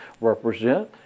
represent